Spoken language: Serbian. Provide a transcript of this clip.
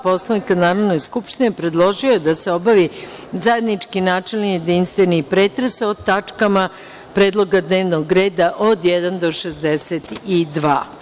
Poslovnika Narodne skupštine, predložio je da se obavi zajednički, načelni i jedinstveni pretres o tačkama predloga dnevnog reda od 1. do 62.